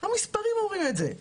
המספרים אומרים את זה.